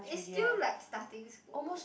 is still like starting school